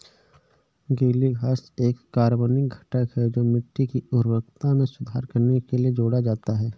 गीली घास एक कार्बनिक घटक है जो मिट्टी की उर्वरता में सुधार करने के लिए जोड़ा जाता है